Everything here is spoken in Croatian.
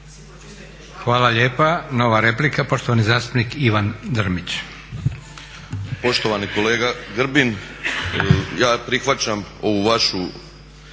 Hvala lijepa. Nova replika, poštovani zastupnik Ivan Drmić.